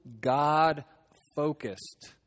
God-focused